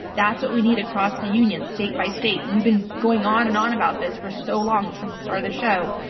that's what we need across the union state-by-state. we've been going on and on about this for so long since the start of the show,